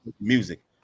music